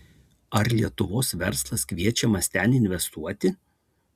ar lietuvos verslas kviečiamas ten investuoti